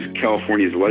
California's